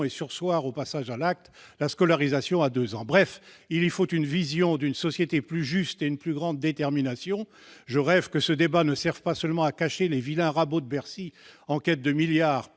et à surseoir au passage à l'acte, scolarisation à l'âge de deux ans. Bref, il y faut la vision d'une société plus juste et une plus grande détermination. Je rêve que ce débat ne serve pas seulement à cacher les vilains coups de rabot de Bercy, en quête des milliards